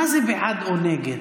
מה זה, בעד או נגד?